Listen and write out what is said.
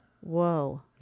Whoa